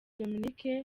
dominique